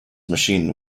machine